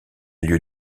lieu